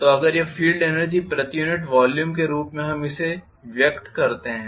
तो अगर यह फील्ड एनर्जी प्रति यूनिट वॉल्यूम के रूप में हम इसे व्यक्त करते हैं